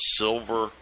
silver